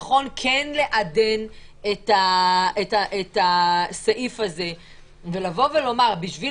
שנכון כן לעדן את הסעיף הזה ולומר: בשביל